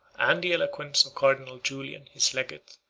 and the eloquence of cardinal julian, his legate,